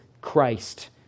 Christ